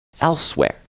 elsewhere